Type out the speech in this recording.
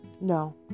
No